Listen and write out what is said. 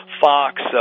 Fox